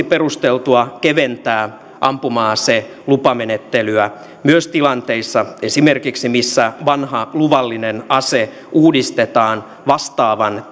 perusteltua keventää ampuma aselupamenettelyä myös esimerkiksi tilanteissa joissa vanha luvallinen ase uudistetaan vastaavan